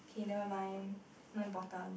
okay never mind not important